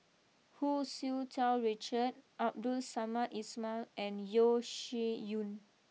Hu Tsu Tau Richard Abdul Samad Ismail and Yeo Shih Yun